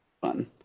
Fun